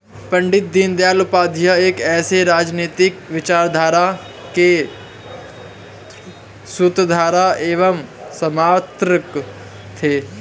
पण्डित दीनदयाल उपाध्याय एक ऐसी राजनीतिक विचारधारा के सूत्रधार एवं समर्थक थे